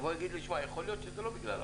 יבוא ויגיד לי, יכול להיות שזה לא בגלל הבנקים.